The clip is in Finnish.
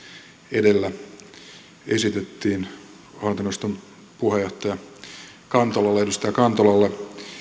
edellä esitettiin hallintoneuvoston puheenjohtaja edustaja kantolalle